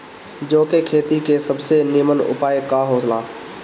जौ के खेती के सबसे नीमन उपाय का हो ला?